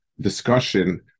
discussion